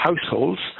households